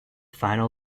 final